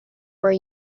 were